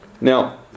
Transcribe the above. Now